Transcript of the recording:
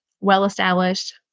well-established